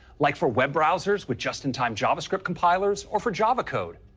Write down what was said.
like for web browsers with just-in-time javascript compilers or for java code.